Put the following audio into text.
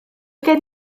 gen